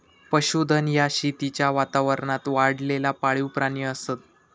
पशुधन ह्या शेतीच्या वातावरणात वाढलेला पाळीव प्राणी असत